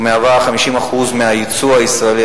והוא מהווה 50% מהיצוא הישראלי.